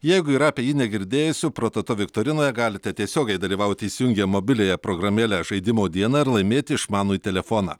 jeigu yra apie jį negirdėjusių prototo viktorinoje galite tiesiogiai dalyvauti įsijungę mobiliąją programėlę žaidimo dieną ir laimėti išmanųjį telefoną